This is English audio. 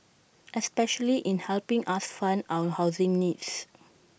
especially in helping us fund our housing needs